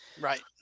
right